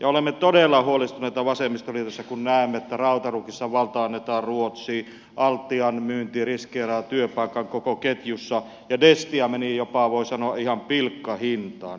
olemme todella huolestuneita vasemmistoliitossa kun näemme että rautaruukissa valta annetaan ruotsiin altian myynti riskeeraa työpaikat koko ketjussa ja destia meni jopa voi sanoa ihan pilkkahintaan